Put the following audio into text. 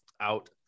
out